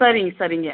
சரிங்க சரிங்க